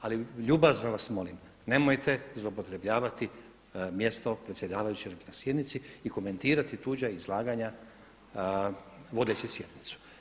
Ali ljubazno vas molim, nemojte zloupotrebljavati mjesto predsjedavajućeg na sjednici i komentirati tuđa izlaganja vodeći sjednicu.